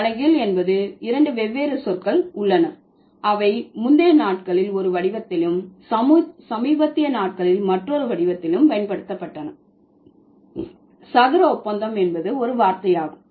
தலைகீழ் என்பது இரண்டு வெவ்வேறு சொற்கள் உள்ளன அவை முந்தைய நாட்களில் ஒரு வடிவத்திலும் சமீபத்திய நாட்களில் மற்றொரு வடிவத்திலும் பயன்படுத்தப்பட்டன சதுர ஒப்பந்தம் என்பது ஒரு வார்த்தை ஆகும்